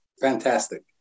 Fantastic